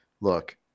look